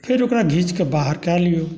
फेर ओकरा घींच कऽ बाहर कय लियौ